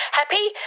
happy